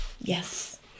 yes